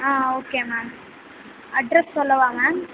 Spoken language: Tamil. ஆ ஓகே மேம் அட்ரஸ் சொல்லவா மேம்